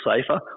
safer